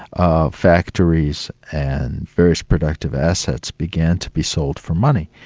ah factories and various productive assets began to be sold for money.